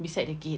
beside the gate